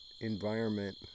environment